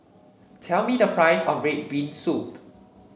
tell me the price of red bean soup